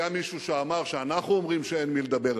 היה מישהו שאמר שאנחנו אומרים שאין עם מי לדבר.